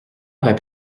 aurait